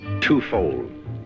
twofold